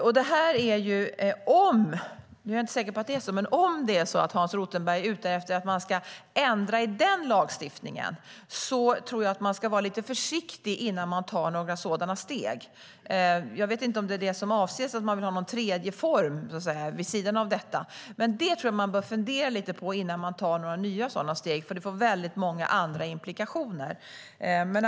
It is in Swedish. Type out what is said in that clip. Om - jag är inte säker på att det är så, men om - Hans Rothenberg är ute efter att man ska ändra i den lagstiftningen, då tror jag att man ska vara lite försiktig innan man tar några sådana steg. Jag vet inte om det är det som avses eller om man vill ha någon tredje form vid sidan av detta. Men det tror jag att man bör fundera lite på innan man tar några nya sådana steg, för det får väldigt många andra implikationer.